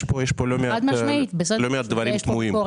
יש כאן לפעמים לא מעט דברים תמוהים.